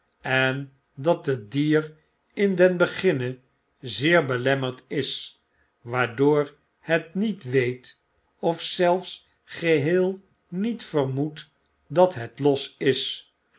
endathetdierin den beginne zeer belemmerd is waardoor het niet weet of zelfs geheel nit vermoedt dat het los is